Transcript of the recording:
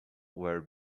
where